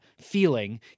feeling